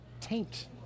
taint